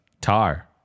Tar